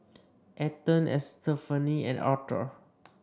Ethan Estefany and Arthur